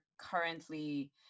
currently